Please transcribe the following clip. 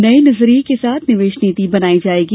नए नजरिए के साथ निवेश नीति बनाई जाएगी